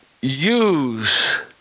use